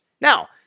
Now